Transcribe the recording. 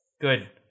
good